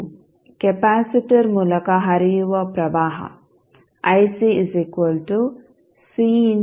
you capacitor ಮೂಲಕ ಹರಿಯುವ ಪ್ರವಾಹ ಆಗಿದೆ